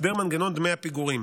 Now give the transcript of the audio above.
הסדר מנגנון דמי הפיגורים.